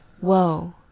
whoa